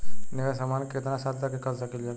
निवेश हमहन के कितना साल तक के सकीलाजा?